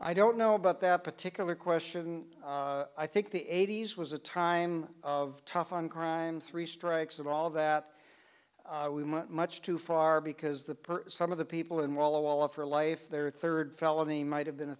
i don't know about that particular question i think the eighty's was a time of tough on crime three strikes and all that much too far because the some of the people in walla walla for life their third felony might have been a